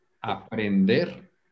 aprender